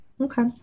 Okay